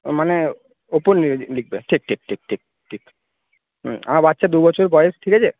ও মানে ওপর নিয়ে লিখবে ঠিক ঠিক ঠিক ঠিক ঠিক হুম আমার বাচ্চার দু বছর বয়স ঠিক আছে